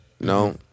No